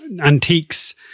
antiques